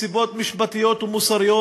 מסיבות משפטיות ומוסריות.